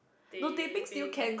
teh peng